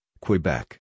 Quebec